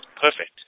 perfect